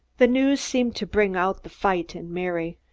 the news seemed to bring out the fight in mary.